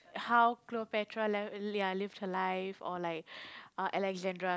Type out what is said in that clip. how Cleopetra left ya live her life or like uh Alexandra